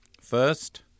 First